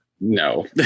No